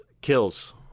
kills